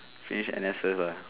finish N_S first lah